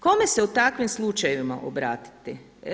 Kome se u takvim slučajevima obratiti?